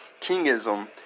kingism